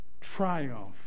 triumph